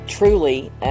Truly